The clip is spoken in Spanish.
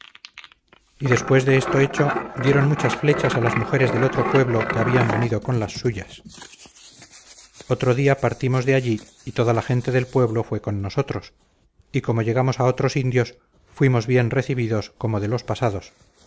y después de esto hecho dieron muchas flechas a las mujeres del otro pueblo que habían venido con las suyas otro día partimos de allí y toda la gente del pueblo fue con nosotros y como llegamos a otros indios fuimos bien recibidos como de los pasados